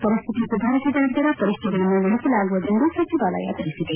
ಪರಿಸ್ಥಿತಿ ಸುಧಾರಿಸಿದ ನಂತರ ಪರೀಕ್ಷೆಗಳನ್ನು ನಡೆಸಲಾಗುವುದು ಎಂದು ಸಚಿವಾಲಯ ತಿಳಿಸಿದೆ